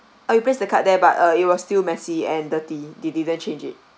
oh you placed the card there but uh it was still messy and dirty they didn't change it